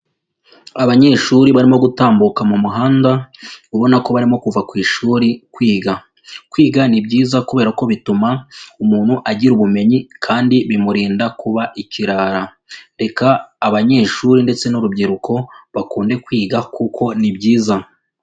Abanyeshuri barimo gutambuka mu muhanda ubona ko barimo kuva ku ishuri kwiga. Kwiga ni byiza kubera ko bituma umuntu agira ubumenyi kandi bimurinda kuba ikirara. Reka abanyeshuri ndetse n'urubyiruko bakunde kwiga kuko ni byiza.